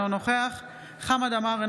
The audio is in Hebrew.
אינו נוכח חמד עמאר,